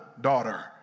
daughter